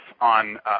on